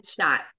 shot